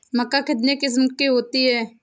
मक्का कितने किस्म की होती है?